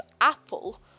Apple